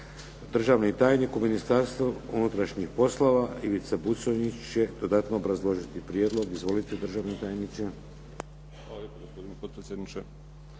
Državni tajnik u Ministarstvu unutrašnjih poslova, Ivica Buconjić će dodatno obrazložiti prijedlog. Izvolite državni tajniče. **Buconjić, Ivica